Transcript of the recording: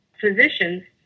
physicians